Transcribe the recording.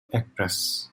actress